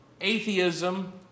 atheism